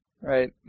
right